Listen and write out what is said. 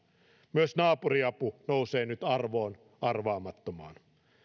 myös naapuriapu nousee nyt arvoon arvaamattomaan